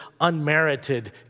unmerited